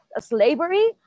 slavery